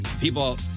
people